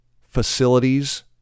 facilities